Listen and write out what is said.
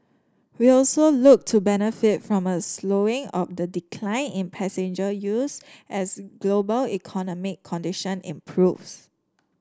we also look to benefit from a slowing of the decline in passenger yields as global economic condition improves